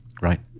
Right